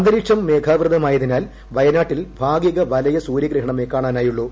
അന്തരീക്ഷം മേഘാവൃതമായതിനാൽ വയനാട്ടിൽ ഭാഗിക വലയ സൂര്യ ഗ്രഹണമേ കണാനായുള്ളു